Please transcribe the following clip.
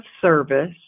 service